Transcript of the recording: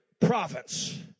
province